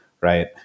right